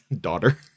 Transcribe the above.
daughter